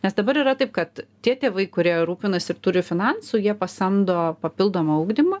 nes dabar yra taip kad tie tėvai kurie rūpinasi ir turi finansų jie pasamdo papildomą ugdymą